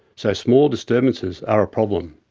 so small disturbances are a problem.